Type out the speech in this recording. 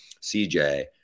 CJ